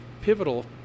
pivotal